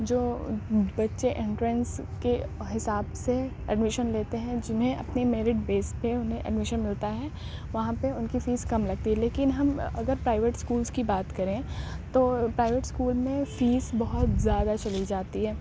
جو بچے انٹرنس کے حساب سے ایڈمیشن لیتے ہیں جنہیں اپنی میرٹ بیس پہ انہیں ایڈمیشن ملتا ہے وہاں پہ ان کی فیس کم لگتی ہے لیکن ہم اگر پرائیویٹ اسکولس کی بات کریں تو پرائیویٹ اسکول میں فیس بہت زیادہ چلی جاتی ہے